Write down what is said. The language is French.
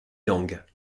langues